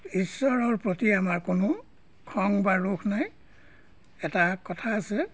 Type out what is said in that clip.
ঈশ্বৰৰ প্ৰতি আমাৰ কোনো খং বা ৰোষ নাই এটা কথা আছে